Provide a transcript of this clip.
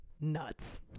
nuts